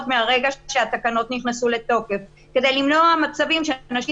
מרגע שהתקנות נכנסו לתוקף כדי למנוע מצבים שאנשים